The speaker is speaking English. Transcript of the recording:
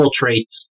traits